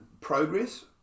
progress